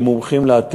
רובם המוחלט הם שרפה של